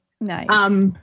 Nice